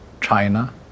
China